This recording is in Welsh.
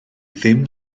ddim